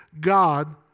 God